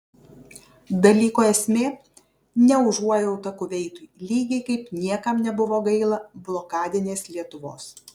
dalyko esmė ne užuojauta kuveitui lygiai kaip niekam nebuvo gaila blokadinės lietuvos